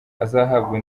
azahabwa